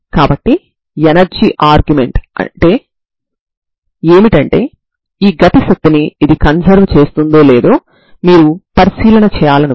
కాబట్టి మనం దీన్ని చేయము